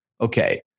okay